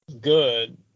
good